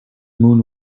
moon